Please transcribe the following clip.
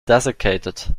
desiccated